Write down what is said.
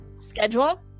schedule